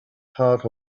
heart